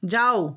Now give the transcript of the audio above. যাও